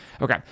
Okay